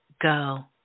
go